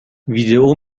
ویدئو